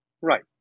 right